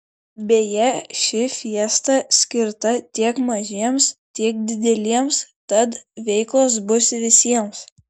beje ši fiesta skirta tiek mažiems tiek dideliems tad veiklos bus visiems